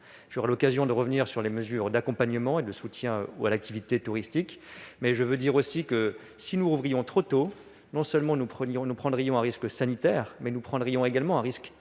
J'aurai l'occasion de revenir sur les mesures d'accompagnement et de soutien à l'activité touristique, mais je veux dire que, si nous rouvrions trop tôt, nous prendrions non seulement un risque sanitaire, mais également un risque